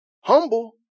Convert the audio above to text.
Humble